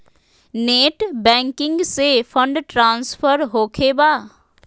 Net banking से fund transfer होखें बा?